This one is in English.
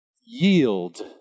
yield